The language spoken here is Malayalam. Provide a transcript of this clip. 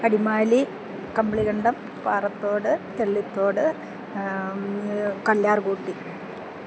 അടിമാലി കമ്പളികണ്ടം പാറത്തോട് തെള്ളിത്തോട് കല്ലാർകോട്ടി